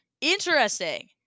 Interesting